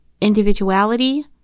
Individuality